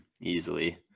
easily